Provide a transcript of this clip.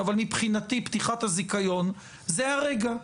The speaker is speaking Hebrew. מבחינתי פתיחת הזיכיון זה הרגע,